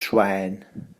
schwein